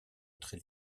très